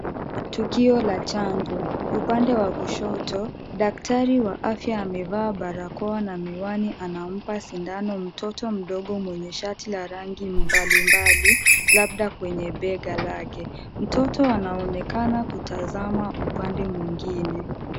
Tukio la chanjo, upande wa kushoto daktari wa afya amevaa barakoa na miwani anampa sindano mtoto mdogo mwenye shati la rangi mbalimbali labda kwenye bega lake. Mtoto anaonekana kutazama upande mwingine.